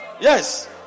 Yes